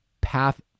path